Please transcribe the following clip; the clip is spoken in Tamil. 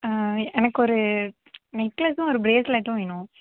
எனக்கு ஒரு நெக்லஸ்ஸும் ஒரு ப்ரேஸ்லெட்டும் வேணும்